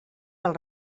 pel